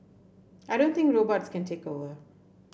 I don't think robots can take over